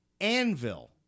Anvil